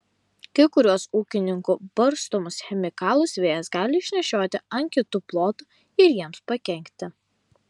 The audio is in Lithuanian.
kai kuriuos ūkininkų barstomus chemikalus vėjas gali išnešioti ant kitų plotų ir jiems pakenkti